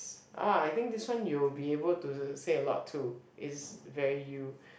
oh I think this one you'll be able to say a lot too it's very you